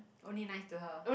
only nice to her